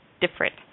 different